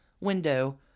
window